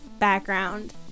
background